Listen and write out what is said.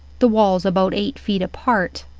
the walls about eight feet apart.